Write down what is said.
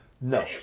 no